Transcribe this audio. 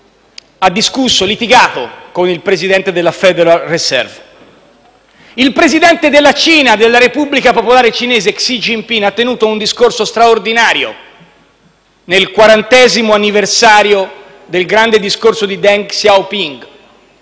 ha discusso e litigato con il Presidente della Federal Reserve*.* Il presidente della Repubblica popolare cinese Xi Jinping ha tenuto un discorso straordinario nel 40° anniversario del grande discorso di Deng Xiaoping.